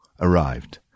arrived